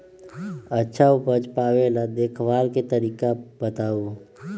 अच्छा उपज पावेला देखभाल के तरीका बताऊ?